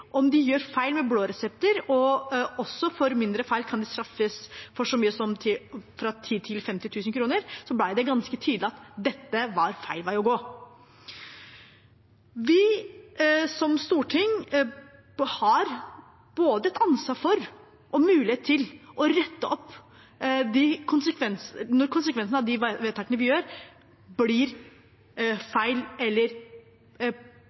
om de gjør feil med blå resepter, og også for mindre feil kan straffes med så mye som fra 10 000–50 000 kr, ble det ganske tydelig at dette var feil vei å gå. Vi som storting har både et ansvar for og mulighet til å rette opp når konsekvensene av de vedtakene vi gjør, blir feil eller